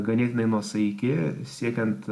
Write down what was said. ganėtinai nuosaiki siekiant